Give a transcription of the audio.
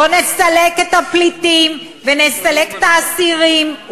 בוא נסלק את הפליטים ונסלק את האסירים,